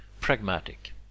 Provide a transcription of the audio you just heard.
pragmatic